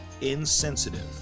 insensitive